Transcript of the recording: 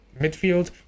midfield